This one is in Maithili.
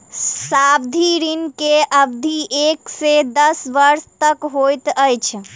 सावधि ऋण के अवधि एक से दस वर्ष तक होइत अछि